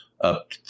up